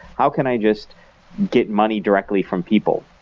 how can i just get money directly from people?